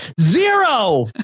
zero